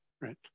right